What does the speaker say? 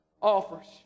offers